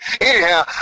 Anyhow